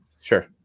sure